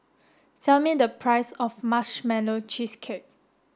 tell me the price of marshmallow cheesecake